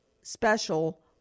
special